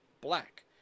black